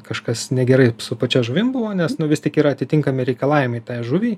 kažkas negerai su pačia žuvim buvo nes nu vis tiek yra atitinkami reikalavimai tai žuviai